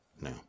no